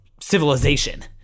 civilization